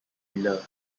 keeler